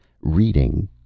Reading